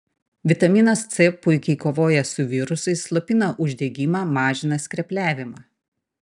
vitaminas c puikiai kovoja su virusais slopina uždegimą mažina skrepliavimą